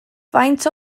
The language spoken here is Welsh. faint